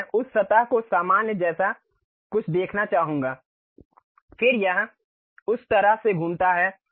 अब मैं उस सतह को सामान्य जैसा कुछ देखना चाहूंगा फिर यह उस तरह से घूमता है